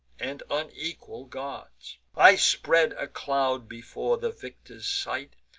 and unequal gods i spread a cloud before the victor's sight,